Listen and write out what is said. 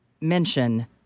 mention